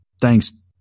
Thanks